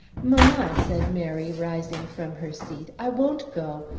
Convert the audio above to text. mamma, said mary, rising from her seat, i won't go.